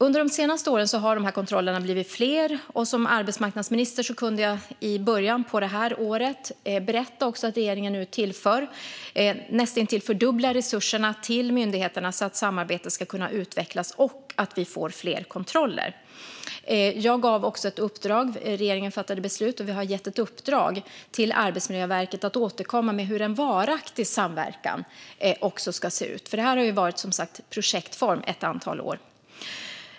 Under de senaste åren har dessa kontroller blivit fler, och som arbetsmarknadsminister kunde jag i början av det här året berätta att regeringen nu näst intill fördubblar resurserna till myndigheterna för att samarbetet ska kunna utvecklas och vi ska få fler kontroller. Regeringen har också fattat beslut och gett ett uppdrag till Arbetsmiljöverket att återkomma om hur en varaktig samverkan ska se ut. Detta har som sagt skett i projektform under ett antal år.